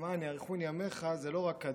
"למען יאריכון ימיך" זה לא רק קדימה,